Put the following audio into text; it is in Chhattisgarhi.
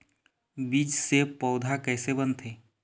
बीज से पौधा कैसे बनथे?